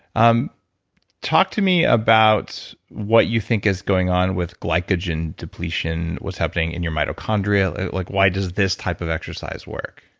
um talk to me about what you think is going on with glycogen depletion. what's happening in your mitochondria? like why does this type of exercise work?